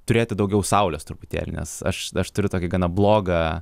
turėti daugiau saulės truputėlį nes aš aš turiu tokį gana blogą